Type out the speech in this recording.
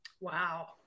wow